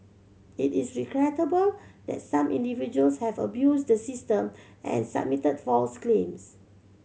it is regrettable that some individuals have abused the system and submitted false claims